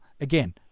again